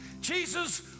Jesus